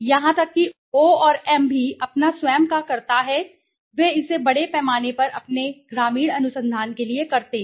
यहां तक कि O M भी अपना स्वयं का करता है वे इसे बड़े पैमाने पर अपने ग्रामीण अनुसंधान के लिए करते हैं